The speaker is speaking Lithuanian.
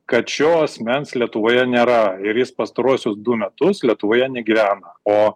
kad šio asmens lietuvoje nėra ir jis pastaruosius du metus lietuvoje negyvena o